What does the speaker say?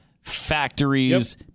factories